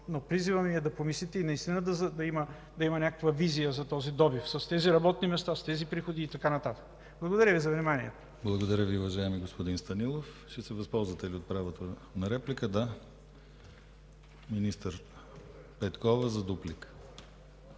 Призивът ми е да помислите и наистина да има някаква визия за този добив, с тези работни места, с тези приходи и така нататък. Благодаря Ви за вниманието. ПРЕДСЕДАТЕЛ ДИМИТЪР ГЛАВЧЕВ: Благодаря Ви, уважаеми господин Станилов. Ще се възползвате ли от правото на реплика? Да. Министър Петкова за дуплика.